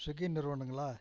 Swiggy நிறுவனங்களா